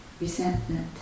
resentment